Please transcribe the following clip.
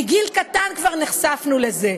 מגיל קטן כבר נחשפנו לזה.